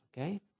okay